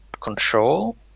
Control